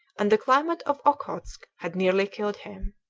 and the climate of okhotsk had nearly killed him.